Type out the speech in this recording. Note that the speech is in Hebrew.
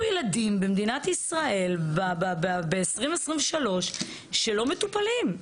ילדים במדינת ישראל ב-2023 שלא מטופלים.